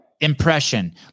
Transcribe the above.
impression